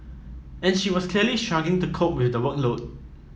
and she was clearly struggling to cope with the workload